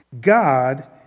God